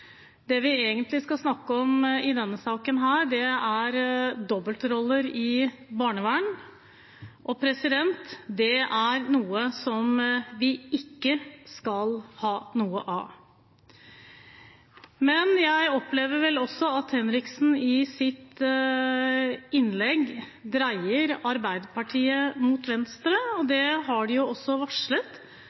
Det vi egentlig skal snakke om i denne saken her, er dobbeltroller i barnevern, og det er noe vi ikke skal ha noe av. Men jeg opplever vel også at Henriksen i sitt innlegg dreide Arbeiderpartiet mot venstre, og det har de også varslet